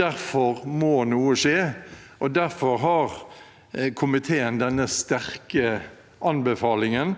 Derfor må noe skje, og derfor har komiteen denne sterke anbefalingen.